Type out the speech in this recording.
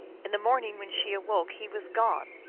in the morning when she awoke he was gone,